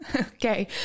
Okay